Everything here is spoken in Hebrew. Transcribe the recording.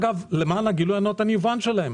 אגב, למען הגילוי הנאות אני יבואן שלהם.